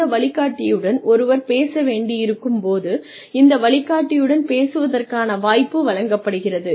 இந்த வழிகாட்டியுடன் ஒருவர் பேச வேண்டியிருக்கும் போது இந்த வழிகாட்டியுடன் பேசுவதற்கான வாய்ப்பு வழங்கப்படுகிறது